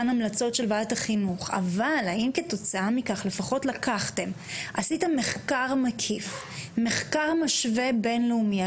אבל האם כתוצאה מכך לפחות עשיתם מחקר מקיף ומשווה בין-לאומי?